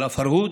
על הפרהוד